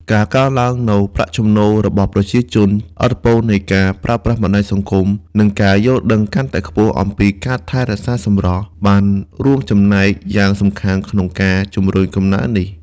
ការកើនឡើងនូវប្រាក់ចំណូលរបស់ប្រជាជន ឥទ្ធិពលនៃការប្រើប្រាស់បណ្ដាញសង្គម និងការយល់ដឹងកាន់តែខ្ពស់អំពីការថែរក្សាសម្រស់ បានរួមចំណែកយ៉ាងសំខាន់ក្នុងការជំរុញកំណើននេះ។